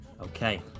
Okay